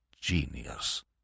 Genius